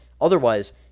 otherwise